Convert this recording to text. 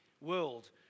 world